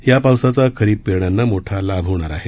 या पावसाचा खरीप पेरण्यांना मोठा लाभ होणार आहे